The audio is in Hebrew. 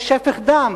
יש שפך דם